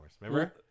Remember